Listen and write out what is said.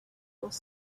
was